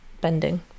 bending